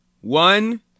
one